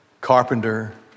carpenter